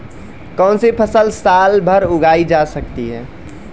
कौनसी फसल साल भर उगाई जा सकती है?